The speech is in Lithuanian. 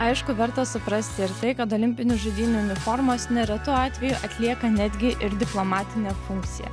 aišku verta suprasti ir tai kad olimpinių žaidynių uniformos neretu atveju atlieka netgi ir diplomatinę funkciją